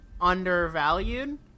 undervalued